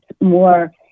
more